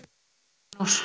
arvoisa